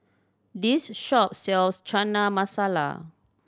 this shop sells Chana Masala